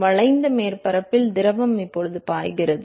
வளைந்த மேற்பரப்பில் திரவம் இப்போது பாய்கிறது